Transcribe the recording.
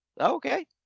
Okay